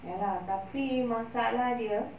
ya lah tapi masalah dia